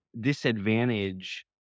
disadvantage